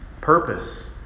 Purpose